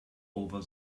over